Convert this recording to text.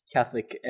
Catholic